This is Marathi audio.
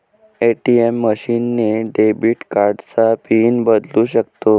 ए.टी.एम मशीन ने डेबिट कार्डचा पिन बदलू शकतो